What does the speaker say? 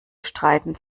streiten